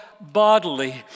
bodily